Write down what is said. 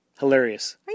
Hilarious